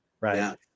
right